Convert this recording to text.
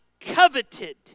coveted